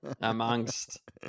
amongst